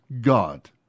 God